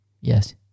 Yes